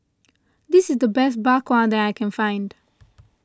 this is the best Bak Kwa that I can find